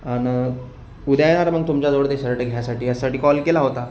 अन् उद्या येणार तुमच्याजवळ ते शर्ट घेयासाठी यासाठी कॉल केला होता